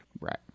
Right